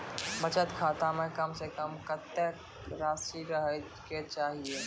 बचत खाता म कम से कम कत्तेक रासि रहे के चाहि?